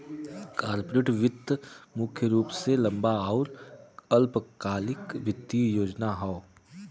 corporate वित्त मुख्य रूप से लंबा आउर अल्पकालिक वित्तीय योजना हौ